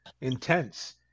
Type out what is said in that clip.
intense